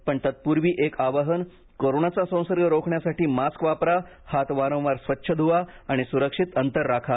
पण तत्पूर्वी एक आवाहन कोरोनाचा संसर्ग रोखण्यासाठी मास्क वापरा हात वारंवार स्वच्छ धुवा आणि सुरक्षित अंतर राखा